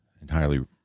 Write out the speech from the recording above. entirely